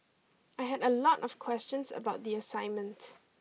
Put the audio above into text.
I had a lot of questions about the assignments